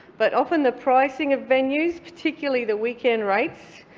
but often the pricing of venues, particularly the weekend rates,